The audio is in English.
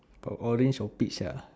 orange or peach uh